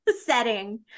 setting